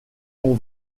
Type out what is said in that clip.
ont